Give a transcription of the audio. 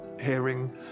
hearing